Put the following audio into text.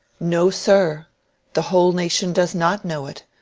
no, sir the whole nation does not know it,